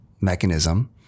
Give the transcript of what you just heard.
mechanism